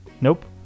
Nope